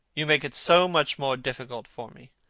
you make it so much more difficult for me.